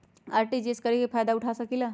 RTGS करे से की फायदा उठा सकीला?